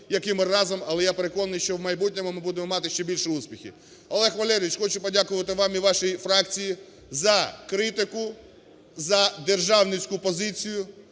ми разом, але я переконаний, що в майбутньому ми будемо мати ще більш успіхів. Олег Валерійович, хочу подякувати вам і вашій фракцій за критику, за державницьку позицію